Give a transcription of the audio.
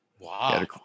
Wow